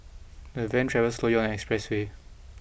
the van travelled slowly on the expressway